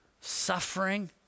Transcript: suffering